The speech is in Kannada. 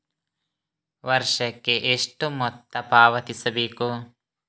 ವರ್ಷಕ್ಕೆ ಎಷ್ಟು ಮೊತ್ತ ಪಾವತಿಸಬೇಕು?